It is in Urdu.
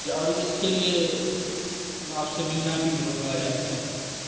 یا اور اس کے لیے ہم آپ سے ملنا بھی ہوگا یا کیا